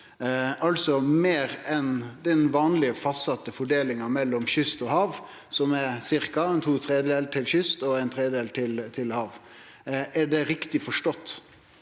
altså meir enn den vanlege fastsette fordelinga mellom kyst og hav, som er cirka to tredjedelar til kyst og ein tredjedel til hav. Er det riktig forstått?